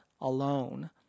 alone